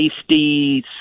safety